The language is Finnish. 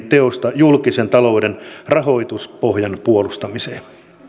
teosta julkisen talouden rahoituspohjan puolustamiseen